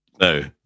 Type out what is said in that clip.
No